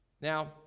Now